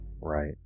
right